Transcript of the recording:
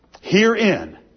Herein